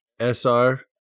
SR